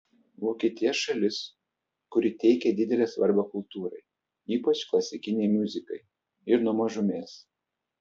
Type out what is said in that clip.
vokietija šalis kuri teikia didelę svarbą kultūrai ypač klasikinei muzikai ir nuo mažumės